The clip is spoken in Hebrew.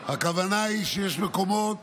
הכוונה היא שיש מקומות